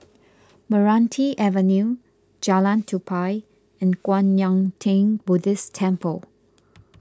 Meranti Avenue Jalan Tupai and Kwan Yam theng Buddhist Temple